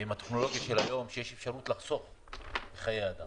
ועם הטכנולוגיה של היום יש אפשרות לחסוך חיי אדם,